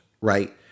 Right